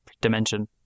dimension